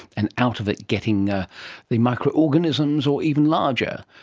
and out of it getting ah the microorganisms or even larger,